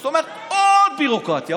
זאת אומרת, עוד ביורוקרטיה.